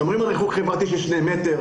שומרים על ריחוק חברתי של שני מטרים,